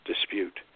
dispute